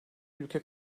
ülke